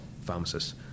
pharmacists